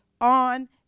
on